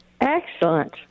Excellent